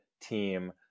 team